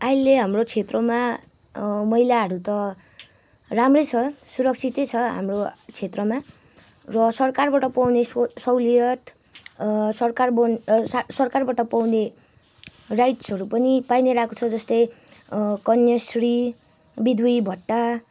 अहिले हाम्रो क्षेत्रमा महिलाहरू त राम्रै छ सुरक्षितै छ हाम्रो क्षेत्रमा र सरकारबाट पाउने सहुलियत सरकार सरकारबाट पाउने राइट्सहरू पनि पाइ नै रहेको छ जस्तै कन्याश्री बिधुवी भत्ता